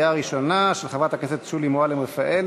של חברת הכנסת שולי מועלם-רפאלי.